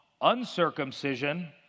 uncircumcision